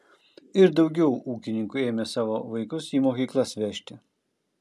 ir daugiau ūkininkų ėmė savo vaikus į mokyklas vežti